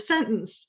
sentence